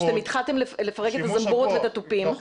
כשאתם התחלתם לפרק את הזמבורות ואת התופים.